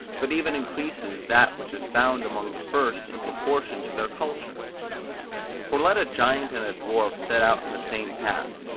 but even increases that which is found among the first in proportion to their culture for let a giant and a dwarf set out in the same path,